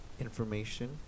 information